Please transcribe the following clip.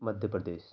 Madhya Pradesh